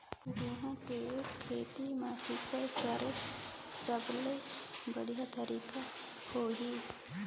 गंहू के खेती मां सिंचाई करेके सबले बढ़िया तरीका होही?